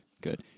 Good